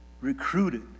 recruited